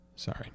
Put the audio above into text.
Sorry